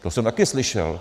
To jsem taky slyšel.